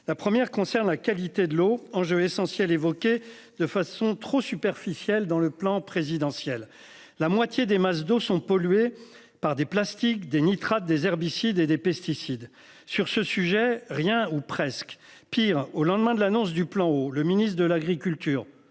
La première concerne la qualité de l'eau. Enjeu essentiel évoqué de façon trop superficiel dans le plan présidentiel. La moitié des masses d'eau sont pollués par des plastiques des nitrates des herbicides et des pesticides sur ce sujet rien ou presque pire au lendemain de l'annonce du plan eau. Le ministre de l'agriculture